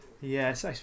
Yes